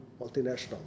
multinational